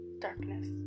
Darkness